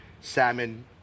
Salmon